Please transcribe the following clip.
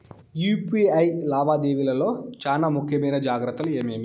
UPI లావాదేవీల లో చానా ముఖ్యమైన జాగ్రత్తలు ఏమేమి?